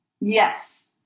Yes